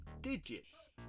digits